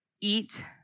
eat